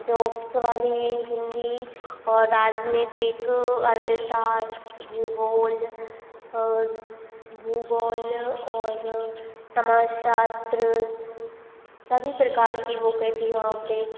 jokes वाली हिंदी और राजनीतिक अर्थशास्त्र भूगोल भूगोल और समाज शास्त्र सभी प्रकार की बुकें थीं वहाँ पर